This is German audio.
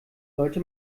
sollte